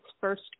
first